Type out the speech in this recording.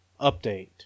update